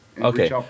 okay